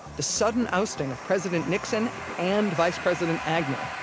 the sudden ousting of president nixon and vice president agnew.